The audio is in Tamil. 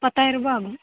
பத்தாயிரம் ரூபாய் ஆகும்